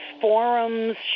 forums